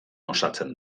osatzen